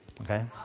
Okay